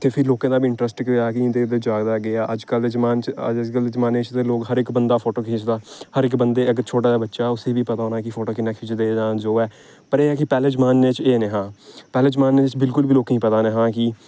ते फ्ही लोकें दा बी इंट्रस्ट केह् होआ कि उ'नेंगी चाहे दा केह् ऐ अज्जकल दे जमान्ने च अज्जकल दे जमान्ने च ते लोक हर इक बंदा फोटो खिच्चदा हर इक बंदे अगर छोटा जेहा बच्चा उसी बी पता होना कि फोटो कि'यां खिच्चदे हां जो ऐ पर एह् पैह्लें जमान्ने च एह् निं हा पैह्ले जमान्ने च बिलकुल बी लोकें गी पता निं हा कि